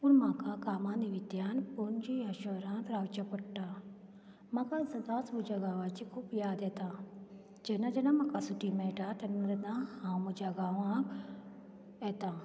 पूण म्हाका कामा निमित्यान पणजे ह्या शहरांत रावचें पडटा म्हाका सदांच म्हज्या गांवाची खूब याद येता जेन्ना जेन्ना म्हाका सुटी मेळटा तेन्ना तेन्ना हांव म्हज्या गांवा येतां